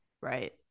Right